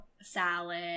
salad